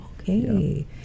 Okay